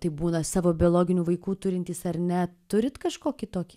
tai būna savo biologinių vaikų turintys ar ne turit kažkokį tokį